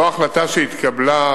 זו החלטה שהתקבלה,